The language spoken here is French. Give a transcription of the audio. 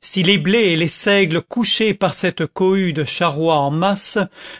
si les blés et les seigles couchés par cette cohue de charrois en masse